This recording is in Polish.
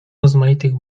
rozmaitych